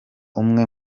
umwe